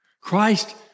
Christ